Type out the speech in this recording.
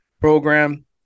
program